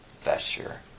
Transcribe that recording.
vesture